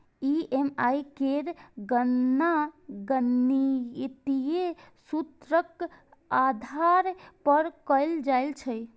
EMI केर गणना गणितीय सूत्रक आधार पर कैल जाइ छै